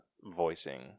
voicing